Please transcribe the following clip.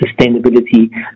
sustainability